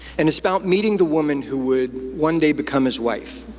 and it's about meeting the woman who would one day become his wife.